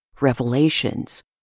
revelations